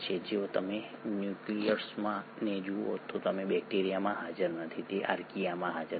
જો તમે ન્યુક્લિયસને જુઓ તો તે બેક્ટેરિયામાં હાજર નથી તે આર્કિયામાં હાજર નથી